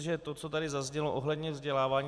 K tomu, co tady zaznělo ohledně vzdělávání.